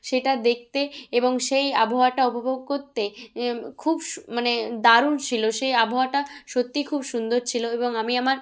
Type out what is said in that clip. সেটা দেখতে এবং সেই আবহাওয়াটা উপভোগ করতে খুব সু মানে দারুণ ছিল সেই আবহাওয়াটা সত্যি খুব সুন্দর ছিল এবং আমি আমার